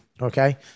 Okay